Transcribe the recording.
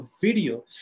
video